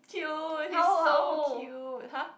cute he's so cute !huh!